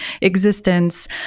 existence